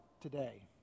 today